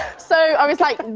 so, i was like,